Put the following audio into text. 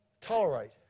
tolerate